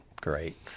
Great